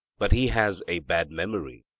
but he has a bad memory,